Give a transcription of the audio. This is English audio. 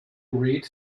read